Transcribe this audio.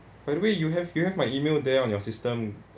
by the way you have you have my email there on your system